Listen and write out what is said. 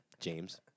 James